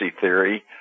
theory